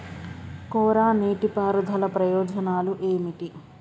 కోరా నీటి పారుదల ప్రయోజనాలు ఏమిటి?